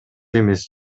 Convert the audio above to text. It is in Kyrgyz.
эмес